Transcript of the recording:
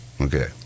Okay